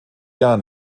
gar